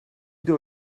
dod